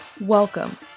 Welcome